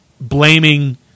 blaming